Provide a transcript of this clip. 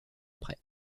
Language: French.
après